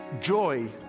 joy